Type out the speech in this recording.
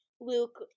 Luke